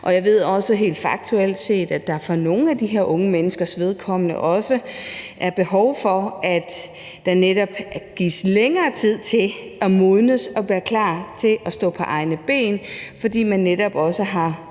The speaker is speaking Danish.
Jeg ved også helt faktuelt, at der for nogle af de her unge menneskers vedkommende også er behov for, at der netop gives længere tid til at modnes og blive klar til at stå på egne ben, fordi man netop også har